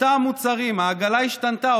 אותם מוצרים, העגלה השתנתה.